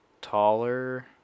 Taller